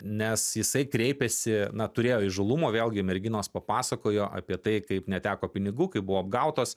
nes jisai kreipėsi na turėjo įžūlumo vėlgi merginos papasakojo apie tai kaip neteko pinigų kaip buvo apgautos